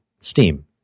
Steam